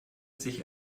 sich